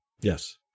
Yes